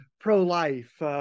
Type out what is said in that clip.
pro-life